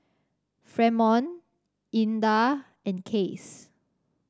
Fremont Ina and Case